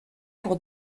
pour